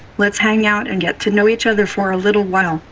let's hang out and get to know each other for a little while.